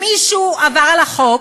אם מישהו עבר על החוק,